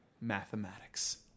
mathematics